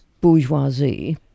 bourgeoisie